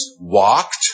walked